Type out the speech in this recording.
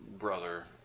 Brother